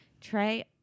Trey